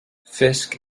fisk